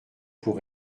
pour